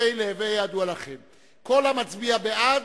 הרי להווה ידוע לכם שכל המצביע בעד,